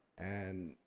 and,